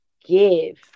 give